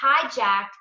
hijacked